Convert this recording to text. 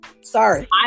sorry